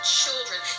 children